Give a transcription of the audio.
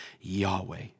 Yahweh